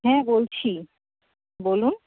হ্যাঁ বলছি বলুন